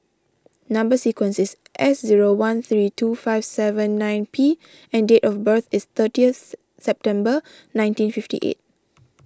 Number Sequence is S zero one three two five seven nine P and date of birth is thirtieth September nineteen fifty eight